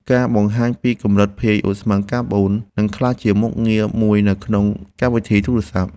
ការបង្ហាញពីកម្រិតភាយឧស្ម័នកាបូន នឹងក្លាយជាមុខងារមួយនៅក្នុងកម្មវិធីទូរសព្ទ។